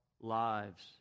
lives